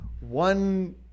one